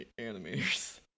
animators